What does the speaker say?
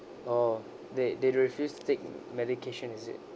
oh they they refuse to take medication is it